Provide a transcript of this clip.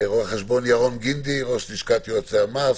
חשבון ירון גינדי, נשיא לשכת יועצי המס,